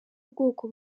ubwoko